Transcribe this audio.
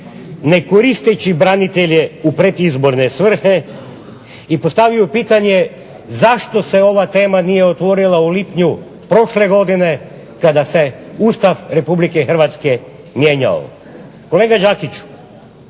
ne koristeći branitelje u predizborne svrhe i postavio pitanje zašto se ova tema nije otvorila u lipnju prošle godine kada se Ustav Republike Hrvatske mijenjao. Kolega Đakiću